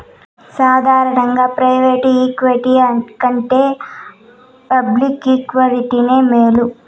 సాదారనంగా private equity కంటే public ఈక్విటీనే మేలు